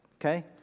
Okay